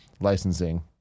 licensing